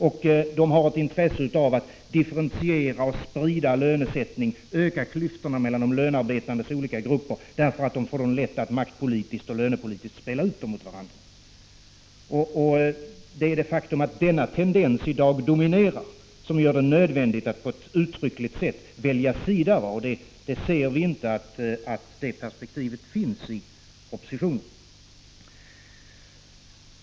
De har också ett intresse av att differentiera och sprida lönesättningen, öka klyftorna mellan de lönearbetandes olika grupper därför att de då får lättare att maktpolitiskt och lönepolitiskt spela ut dem mot varandra. Det är ett faktum att denna tendens 7 idag dominerar, vilket gör det nödvändigt att på ett uttryckligt sätt välja sida. Vi ser inte att det här perspektivet finns med i propositionen.